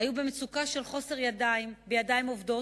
היו במצוקה של חוסר בידיים עובדות